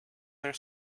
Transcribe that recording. their